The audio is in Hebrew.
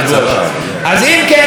כדי להזכירך,